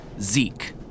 Zeke